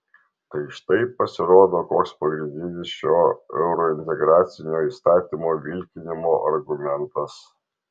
tai štai pasirodo koks pagrindinis šio eurointegracinio įstatymo vilkinimo argumentas